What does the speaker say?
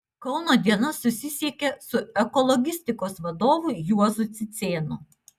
kauno diena susisiekė su ekologistikos vadovu juozu cicėnu